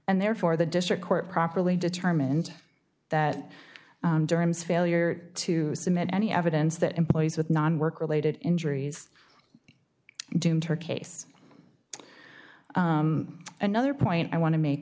and therefore the district court properly determined that durham's failure to submit any evidence that employees with non work related injuries doomed her case another point i want to make